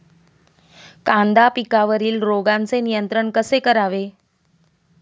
कांदा पिकावरील रोगांचे नियंत्रण कसे करावे?